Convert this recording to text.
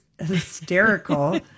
Hysterical